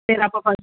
சரி அப்போ ஃபஸ்ட்